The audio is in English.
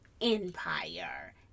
empire